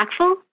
impactful